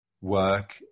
work